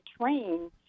train